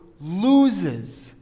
loses